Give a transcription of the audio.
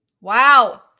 Wow